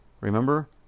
Remember